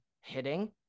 hitting